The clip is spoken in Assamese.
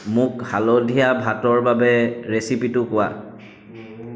মোক হালধীয়া ভাতৰ বাবে ৰেচিপিটো কোৱা